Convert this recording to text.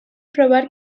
provar